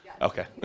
Okay